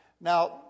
Now